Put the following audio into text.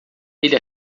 ele